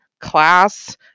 class